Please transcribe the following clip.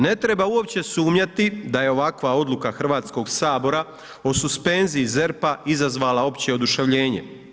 Ne treba uopće sumnjati da je ovakva odluka Hrvatskoga sabora o suspenziji ZERP-a izazvala opće oduševljenje.